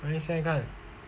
ah 现在看